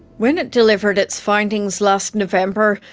when it delivered its findings last november,